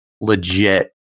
legit